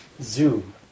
Zoom